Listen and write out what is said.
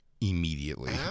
immediately